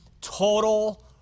Total